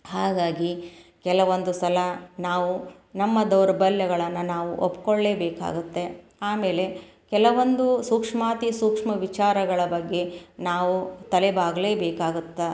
ಹಾಗಾಗಿ ಕೆಲವೊಂದು ಸಲ ನಾವು ನಮ್ಮ ದೌರ್ಬಲ್ಯಗಳನ್ನು ನಾವು ಒಪ್ಕೊಳ್ಲೇ ಬೇಕಾಗುತ್ತೆ ಆಮೇಲೆ ಕೆಲವೊಂದು ಸೂಕ್ಷ್ಮಾತಿಸೂಕ್ಷ್ಮ ವಿಚಾರಗಳ ಬಗ್ಗೆ ನಾವು ತಲೆಬಾಗಲೇ ಬೇಕಾಗತ್ತೆ